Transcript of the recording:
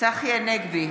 צחי הנגבי,